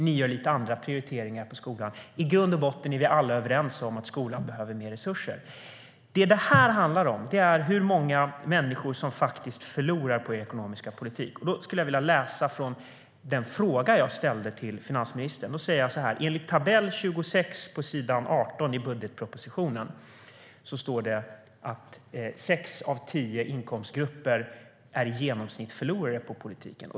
Ni gör lite andra prioriteringar på skolan. I grund och botten är vi alla överens om att skolan behöver mer resurser. Det som detta handlar om är hur många människor som faktiskt förlorar på er ekonomiska politik. Det som jag skrev i den fråga som jag ställde till finansministern var: Enligt tabell 26 på s. 18 i budgetpropositionen står det att sex av tio inkomstgrupper i genomsnitt är förlorare på politiken.